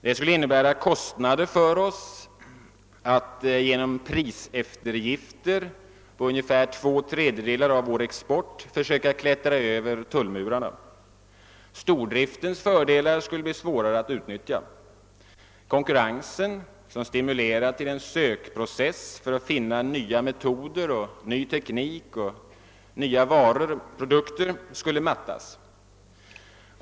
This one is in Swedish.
Det skulle innebära kostnader för oss att genom priseftergifter på ungefär två tredjedelar av vår export försöka klättra över tullmurarna. Stordriftens fördelar skulle bli svårare att utnyttja. Konkurrensen, som stimulerar till en sökprocess för att finna nya metoder, ny teknik och nya produkter, skulle mattas.